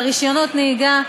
על רישיונות נהיגה.